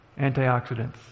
antioxidants